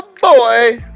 boy